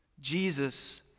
Jesus